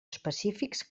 específics